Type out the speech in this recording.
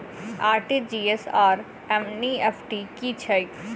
RTGS आओर NEFT की छैक?